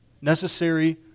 Necessary